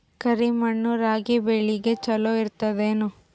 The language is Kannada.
ಕರಿ ಮಣ್ಣು ರಾಗಿ ಬೇಳಿಗ ಚಲೋ ಇರ್ತದ ಏನು?